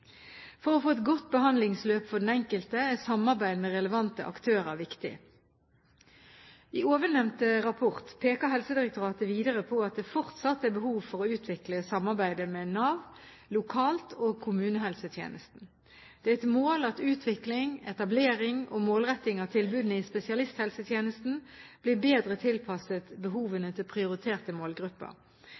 For å få et godt behandlingsløp for den enkelte er samarbeid med relevante aktører viktig. I ovennevnte rapport peker Helsedirektoratet videre på at det fortsatt er behov for å utvikle samarbeidet med Nav lokalt og kommunehelsetjenesten. Det er et mål at utvikling, etablering og målretting av tilbudene i spesialisthelsetjenesten blir bedre tilpasset behovene til prioriterte målgrupper.